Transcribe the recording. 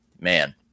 Man